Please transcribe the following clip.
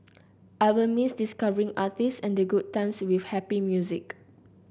I will miss discovering artists and the good times with happy music